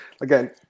again